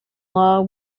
law